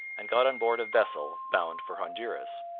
and got on board a vessel bound for honduras.